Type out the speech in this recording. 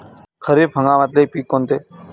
खरीप हंगामातले पिकं कोनते?